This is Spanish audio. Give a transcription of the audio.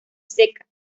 seca